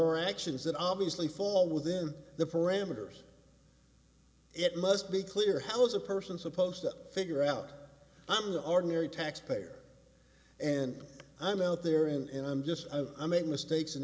are actions that obviously fall within the parameters it must be clear how is a person supposed to figure out i'm the ordinary taxpayer and i'm out there and i'm just i make mistakes and